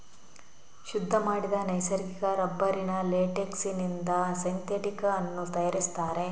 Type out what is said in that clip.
ಶುದ್ಧ ಮಾಡಿದ ನೈಸರ್ಗಿಕ ರಬ್ಬರಿನ ಲೇಟೆಕ್ಸಿನಿಂದ ಸಿಂಥೆಟಿಕ್ ಅನ್ನು ತಯಾರಿಸ್ತಾರೆ